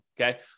okay